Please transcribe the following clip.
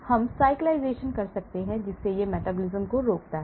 हम cyclisation कर सकते हैं जिससे यह metabolism को रोकता है